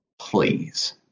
Please